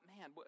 man